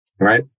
right